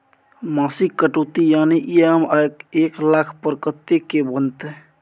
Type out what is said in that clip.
मासिक कटौती यानी ई.एम.आई एक लाख पर कत्ते के बनते?